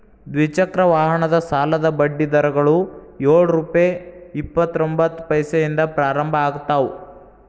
ದ್ವಿಚಕ್ರ ವಾಹನದ ಸಾಲದ ಬಡ್ಡಿ ದರಗಳು ಯೊಳ್ ರುಪೆ ಇಪ್ಪತ್ತರೊಬಂತ್ತ ಪೈಸೆದಿಂದ ಪ್ರಾರಂಭ ಆಗ್ತಾವ